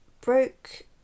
Broke